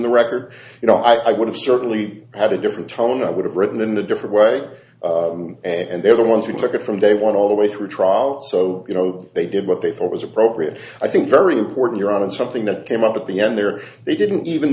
the record you know i could have certainly had a different tone i would have written in a different way and they're the ones who took it from day one all the way through trial so you know they did what they thought was appropriate i think very important you're on something that came up at the end there they didn't even